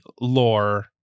lore